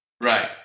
Right